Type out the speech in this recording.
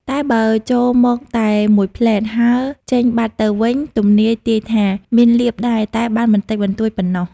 តែបើចូលមកតែមួយភ្លែត ហើរចេញបាត់ទៅវិញ ទំនាយទាយថា មានលាភដែរ តែបានបន្តិចបន្តួចប៉ុណ្ណោះ ។